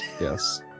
Yes